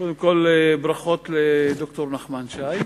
קודם כול ברכות לד"ר נחמן שי.